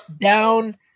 down